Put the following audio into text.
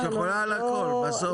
את יכולה על הכל בסוף.